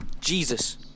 Jesus